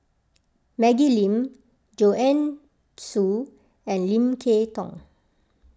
Maggie Lim Joanne Soo and Lim Kay Tong